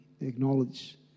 acknowledge